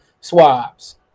swabs